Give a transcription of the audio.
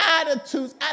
attitudes